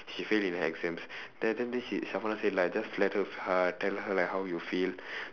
she fail in exams then then then she say like just let her uh tell her like how you feel